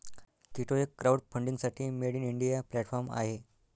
कीटो हे क्राउडफंडिंगसाठी made in India platform आहे